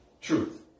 truth